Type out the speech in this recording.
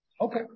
Okay